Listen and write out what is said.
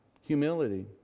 Humility